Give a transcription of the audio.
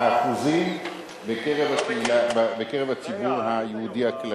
האחוזים בקרב הציבור היהודי הכללי.